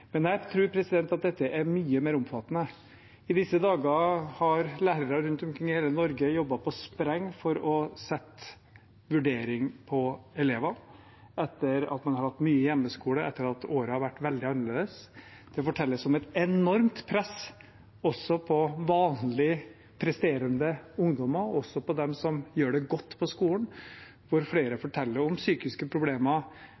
Men jeg tror dette er mye mer omfattende. I disse dager har lærere rundt omkring i hele Norge jobbet på spreng for å sette vurdering på elever etter at man har hatt mye hjemmeskole, etter at året har vært veldig annerledes. Det fortelles om et enormt press også på vanlig presterende ungdommer, også på dem som gjør det godt på skolen, hvor flere